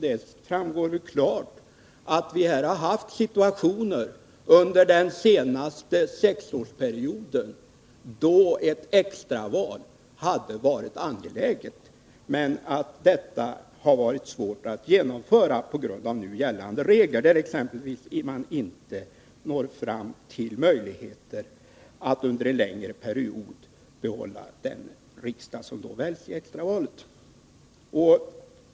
Det har ju klart framgått att det har funnits situationer under den senaste sexårsperioden då ett extra val hade varit angeläget, men att detta har varit svårt att genomföra på grund av nu gällande regler, där man exempelvis inte når fram till möjligheter att under en längre period behålla den riksdag som väljs i extravalet.